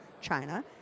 China